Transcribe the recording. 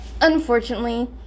Unfortunately